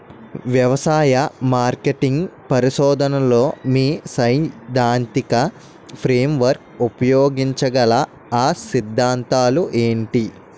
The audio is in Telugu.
వ్యవసాయ మార్కెటింగ్ పరిశోధనలో మీ సైదాంతిక ఫ్రేమ్వర్క్ ఉపయోగించగల అ సిద్ధాంతాలు ఏంటి?